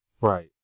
Right